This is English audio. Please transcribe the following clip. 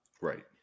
Right